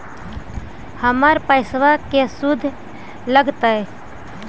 हमर पैसाबा के शुद्ध लगतै?